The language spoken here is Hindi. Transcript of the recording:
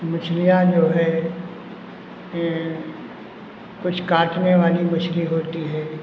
मछलियाँ जो है ये कुछ काटने वाली मछली होती है